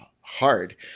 hard